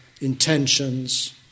intentions